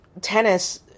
tennis